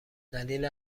دلیل